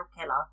killer